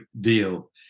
deal